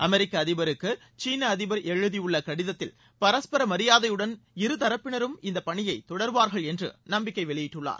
அமெரிக்க அதிபருக்கு சீன அதிபர் எழுதியுள்ள கடிதத்தில் பரஸ்பர மரியாதையுடன் இருதரப்பினரும் இந்தப் பணியை தொடருவார்கள் என்று நம்பிக்கை வெளியிட்டுள்ளார்